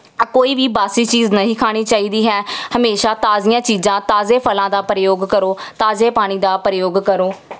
ਆ ਕੋਈ ਵੀ ਬਾਸੀ ਚੀਜ਼ ਨਹੀਂ ਖਾਣੀ ਚਾਹੀਦੀ ਹੈ ਹਮੇਸ਼ਾ ਤਾਜ਼ੀਆਂ ਚੀਜ਼ਾਂ ਤਾਜ਼ੇ ਫਲਾਂ ਦਾ ਪ੍ਰਯੋਗ ਕਰੋ ਤਾਜ਼ੇ ਪਾਣੀ ਦਾ ਪ੍ਰਯੋਗ ਕਰੋ